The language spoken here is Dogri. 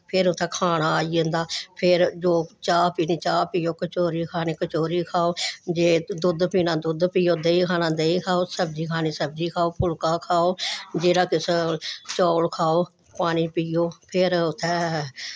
फिर उत्थें खाना आई जंदा फिर जो चाह् पीनी चाह् पियो कचौरी खानी कचौरी खाओ जे दुद्ध पीना दुद्ध पियो देहीं खाना देहीं खाओ सब्जी खानी सब्जी खाओ फुल्का खाओ जेह्ड़ा किश चौल खाओ पानी पियो फिर उत्थै